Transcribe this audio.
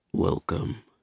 Welcome